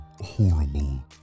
horrible